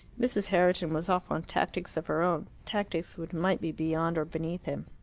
mrs. herriton was off on tactics of her own tactics which might be beyond or beneath him.